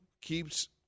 keeps –